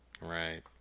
Right